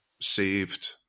saved